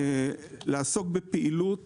לעסוק בפעילות